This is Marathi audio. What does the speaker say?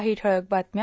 काही ठळक बातम्या